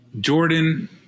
Jordan